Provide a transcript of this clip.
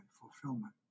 fulfillment